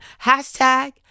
Hashtag